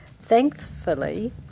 Thankfully